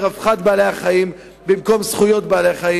ל"רווחת בעלי-החיים" במקום "זכויות בעלי-החיים",